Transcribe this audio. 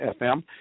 FM